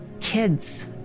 kids